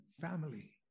family